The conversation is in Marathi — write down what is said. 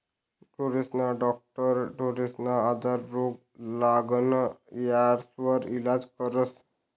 ढोरेस्ना डाक्टर ढोरेस्ना आजार, रोग, लागण यास्वर इलाज करस